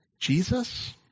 Jesus